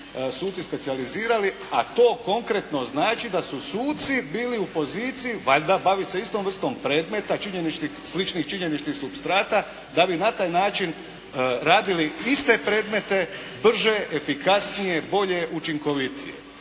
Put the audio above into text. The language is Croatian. suci specijalizirali a to konkretno znači da su suci bili u poziciji valjda baviti se istom vrstom predmeta sličnih činjeničnih supstrata da bi na taj način radili iste predmete brže, efikasnije, bolje, učinkovitije.